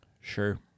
Sure